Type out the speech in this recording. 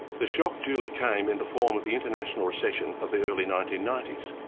the shock duly came in the form of the international recession of the early nineteen ninety s.